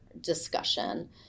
discussion